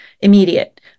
immediate